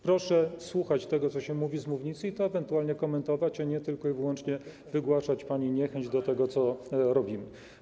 Proszę słuchać tego, co się mówi z mównicy, i ewentualnie to komentować, a nie tylko i wyłącznie wygłaszać pani niechęć do tego, co robimy.